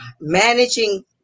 managing